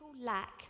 lack